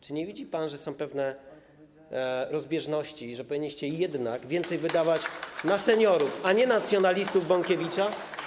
Czy nie widzi pan, że są pewne rozbieżności i że powinniście jednak więcej wydawać na seniorów... [[36 mld.]] ...a nie na nacjonalistów Bąkiewicza?